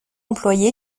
employé